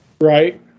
Right